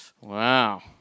Wow